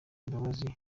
imbabazi